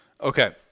Okay